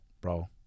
bro